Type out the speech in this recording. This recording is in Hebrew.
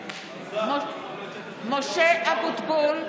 (קוראת בשמות חברי הכנסת) משה אבוטבול,